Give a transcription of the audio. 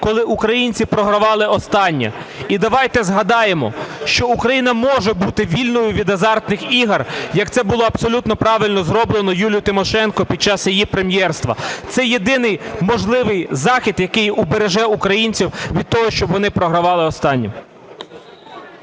коли українці програвали останнє і давайте згадаємо, що Україна може бути вільною від азартних ігор, як це було абсолютно правильно зроблено Юлією Тимошенко під час її прем'єрства. Це єдиний можливий захід, який убереже українців від того, щоб вони програвали останнє.